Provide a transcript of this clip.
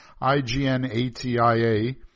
I-G-N-A-T-I-A